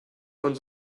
von